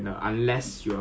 ya